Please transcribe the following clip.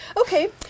Okay